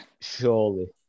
Surely